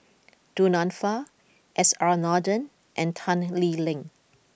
Du Nanfa S R Nathan and Tan Lee Leng